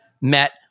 met